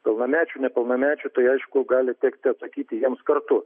pilnamečiu nepilnamečiu tai aišku gali tekti atsakyti jiems kartu